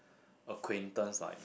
acquaintance like